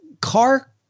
Car